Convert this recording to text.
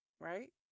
right